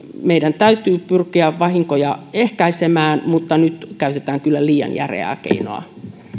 meidän täytyy pyrkiä vahinkoja ehkäisemään mutta nyt käytetään kyllä liian järeää keinoa